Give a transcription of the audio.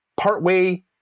partway